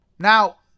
Now